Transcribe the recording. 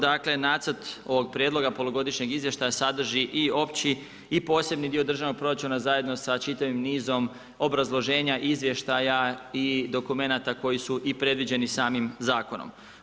Dakle, Nacrt ovog prijedloga polugodišnjeg izvještaja sadrži i opći i posebni dio državnog proračuna zajedno sa čitavim nizom obrazloženja izvještaja i dokumenata koji su i predviđeni samim zakonom.